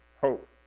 Hope